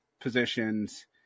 positions